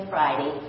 Friday